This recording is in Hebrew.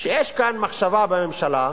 שיש כאן מחשבה בממשלה,